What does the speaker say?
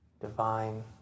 divine